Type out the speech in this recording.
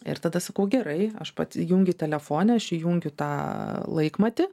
ir tada sakau gerai aš pats įjungiu telefone aš įjungiu tą laikmatį